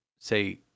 say